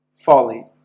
folly